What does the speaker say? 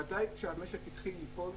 ודאי כשהמשק התחיל לפעול